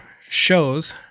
shows